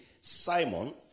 Simon